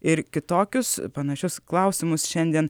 ir kitokius panašius klausimus šiandien